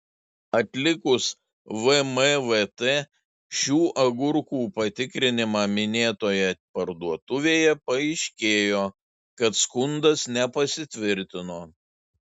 atlikus vmvt šių agurkų patikrinimą minėtoje parduotuvėje paaiškėjo kad skundas nepasitvirtino